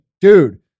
dude